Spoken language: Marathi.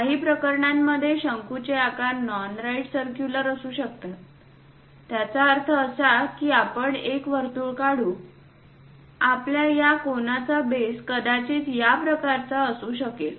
काही प्रकरणांमध्ये शंकूचे आकार नॉन राईट सर्क्युलर असू शकतात याचा अर्थ असा की आपण एक वर्तुळ काढू या आपल्या या कोनचा बेस कदाचित या प्रकारचा असू शकेल